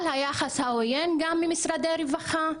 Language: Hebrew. על היחס העויין ממשרדי הרווחה,